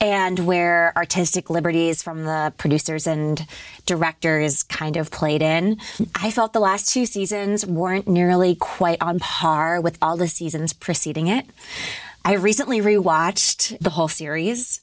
and where artistic liberties from the producers and directors kind of played in i thought the last two seasons weren't nearly quite on par with all the seasons preceeding it i recently read watched the whole series